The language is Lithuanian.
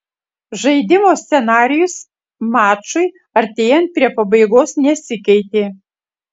žaidimo scenarijus mačui artėjant prie pabaigos nesikeitė